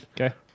Okay